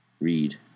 read